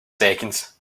seconds